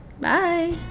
Bye